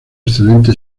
excelente